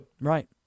Right